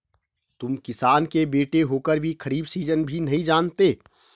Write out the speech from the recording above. तुम किसान के बेटे होकर भी खरीफ सीजन भी नहीं जानते